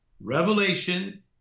Revelation